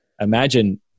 Imagine